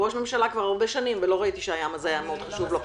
הוא ראש ממשלה כבר הרבה שנים ולא ראיתי שהים הזה היה מאוד חשוב לו.